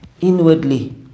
inwardly